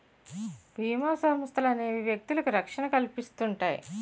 బీమా సంస్థలనేవి వ్యక్తులకు రక్షణ కల్పిస్తుంటాయి